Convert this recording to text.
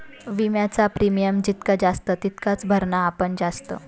विम्याचा प्रीमियम जितका जास्त तितकाच भरणा पण जास्त